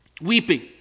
weeping